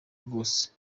rwose